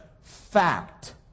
fact